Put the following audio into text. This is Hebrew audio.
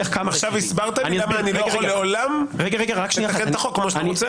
עכשיו הסברת לי למה אני לא יכול לעולם לתקן את החוק כמו שאתה רוצה.